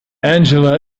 angela